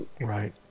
right